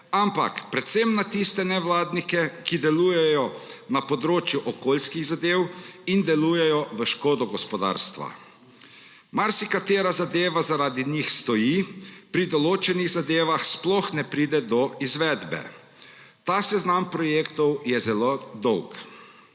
ampak predvsem na tiste nevladnike, ki delujejo na področju okoljskih zadev in delujejo v škodo gospodarstva. Marsikatera zadeva zaradi njih stoji, pri določenih zadevah sploh ne pride do izvedbe. Ta seznam projektov je zelo dolg.